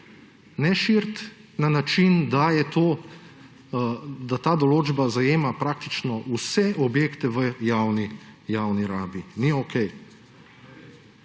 Ne širiti na način, da ta določba zajema praktično vse objekte v javni rabi. Ni okej.